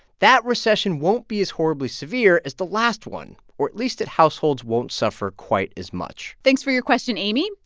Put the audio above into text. that recession won't be as horribly severe as the last one or, at least, that households won't suffer quite as much thanks for your question, amy.